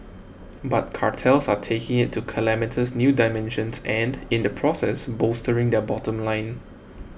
but cartels are taking it to calamitous new dimensions and in the process bolstering their bottom line